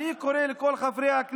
אין הצבעה, יש עוד חמש דקות.